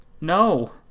No